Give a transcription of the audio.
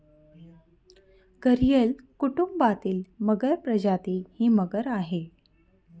घरियल कुटुंबातील मगर प्रजाती ही मगर आहे